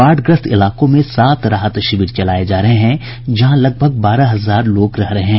बाढ़ग्रस्त इलाकों में सात राहत शिविर चलाये जा रहे हैं जहां लगभग बारह हजार लोग रह रहे हैं